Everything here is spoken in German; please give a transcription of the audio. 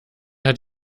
hat